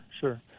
sure